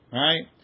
right